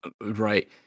Right